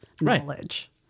knowledge